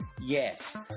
Yes